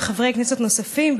עם חברי כנסת נוספים,